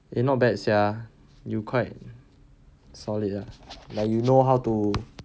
eh not bad sia you quite solid ah like you know how to